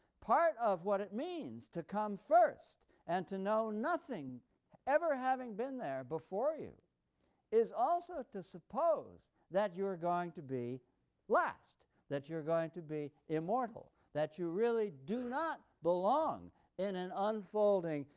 part of what it means to come first and to know nothing ever having been there before you is also to suppose that you are going to be last, that you're going to be immortal, that you really do not belong in an unfolding,